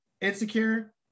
Insecure